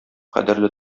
кадерле